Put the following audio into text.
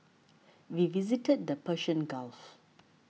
we visited the Persian Gulf